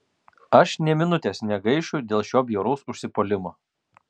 aš nė minutės negaišiu dėl šio bjauraus užsipuolimo